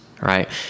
Right